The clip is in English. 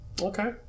Okay